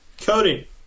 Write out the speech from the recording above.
Cody